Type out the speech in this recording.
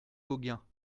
gauguin